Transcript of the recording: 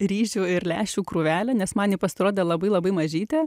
ryžių ir lęšių krūvelę nes man ji pasirodė labai labai mažytė